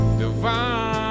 divine